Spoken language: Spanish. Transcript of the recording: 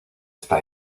está